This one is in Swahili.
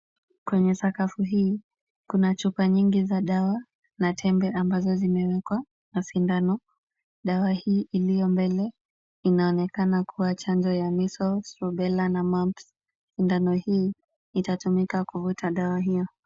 Kwenye sakafu hii kuna chupa nyingi za dawa na tembe ambazo zimewekwa na sindano. Dawa hii iliyo mbele, inaonekana kuwa chanjo ya Measles, Rubella na Mumps . Sindano hii itatumika kuvuta dawa hiyo.